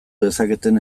dezaketen